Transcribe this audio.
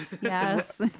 yes